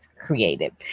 creative